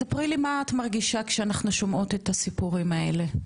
ספרי לי מה את מרגישה שאנחנו שומעות את הסיפורים האלה,